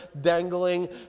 dangling